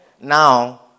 now